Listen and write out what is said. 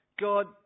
God